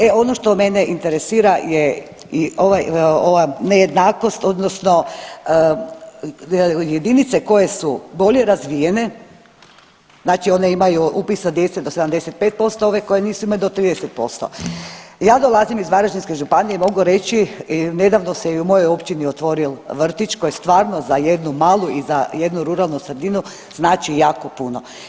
E ono što mene interesira je i ova nejednakost odnosno jedinice koje su bolje razvijene znači one imaju upisa djece do 75% ove koje nisu imaju do 30%. ja dolazim iz Varaždinske županije i mogu reći i nedavno se i u mojoj općini otvorio vrtić koji je stvarno za jednu malu i za jednu ruralnu sredinu znači jako puno.